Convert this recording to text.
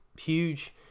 huge